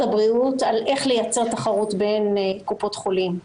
הבריאות על איך לייצר תחרות בין קופות חולים.